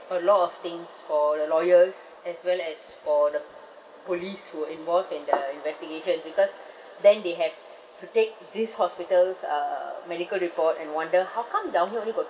a lot of things for the lawyers as well as for the police who were involved in the investigation because then they have to take this hospital's uh medical report and wonder how come down here only got